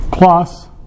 plus